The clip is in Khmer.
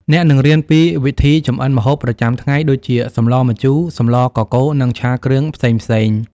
អ្នកនឹងរៀនពីវិធីចម្អិនម្ហូបប្រចាំថ្ងៃ ដូចជា សម្លម្ជូរ សម្លកកូរ និងឆាគ្រឿងផ្សេងៗ។